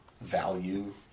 value